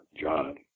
John